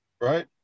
right